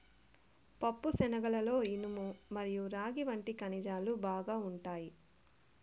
పప్పుశనగలలో ఇనుము మరియు రాగి వంటి ఖనిజాలు బాగా ఉంటాయి